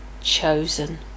Chosen